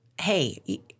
hey